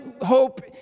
hope